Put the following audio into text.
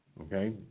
okay